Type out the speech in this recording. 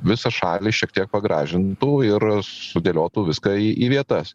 visą šalį šiek tiek pagražintų ir sudėliotų viską į į vietas